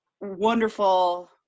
wonderful